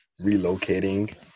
relocating